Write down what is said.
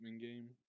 game